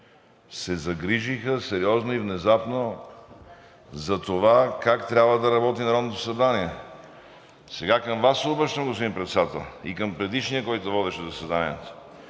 се загрижиха сериозно и внезапно за това как трябва да работи Народното събрание. Сега към Вас се обръщам, господин Председател, и към предишния, който водеше заседанието